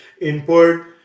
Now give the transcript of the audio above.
input